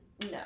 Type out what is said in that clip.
No